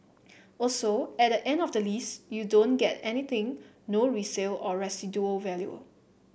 also at the end of the lease you don't get anything no resale or residual value